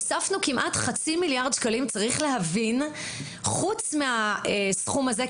הוספנו כמעט חצי מיליארד שקלים וצריך להבין שחוץ מהסכום הזה,